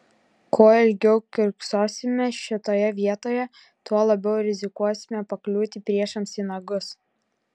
kuo ilgiau kiurksosime šitoje vietoje tuo labiau rizikuosime pakliūti priešams į nagus